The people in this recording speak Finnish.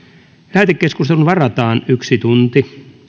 lähetekeskusteluun varataan yksi tunti